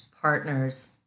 partners